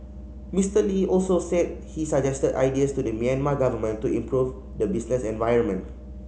Mister Lee also said he suggested ideas to the Myanmar government to improve the business environment